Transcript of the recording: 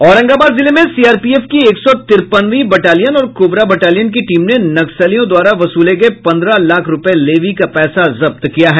औरंगाबाद जिले में सीआरपीएफ की एक सौ तिरपनवीं बटालियन और कोबरा बटालियन की टीम ने नक्सलियों द्वारा वसूले गये पंद्रह लाख रूपये लेवी का पैसा जब्त किया है